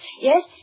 Yes